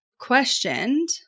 questioned